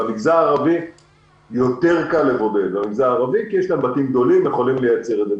במגזר הערבי קל יותר לבודד כי יש להם בתים גדולים ואפשר לייצר את זה.